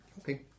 Okay